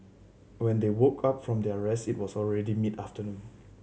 when they woke up from their rest it was already mid afternoon